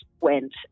went